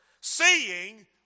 seeing